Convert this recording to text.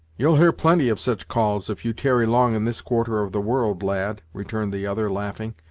you'll hear plenty of such calls, if you tarry long in this quarter of the world, lad, returned the other laughing.